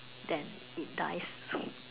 then it dies